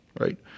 Right